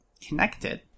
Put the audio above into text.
connected